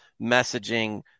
messaging